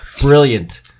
brilliant